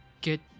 get